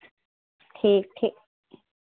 ठीक ठीक